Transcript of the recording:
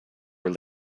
were